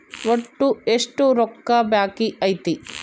ಒಟ್ಟು ಎಷ್ಟು ರೊಕ್ಕ ಬಾಕಿ ಐತಿ?